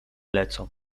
lecą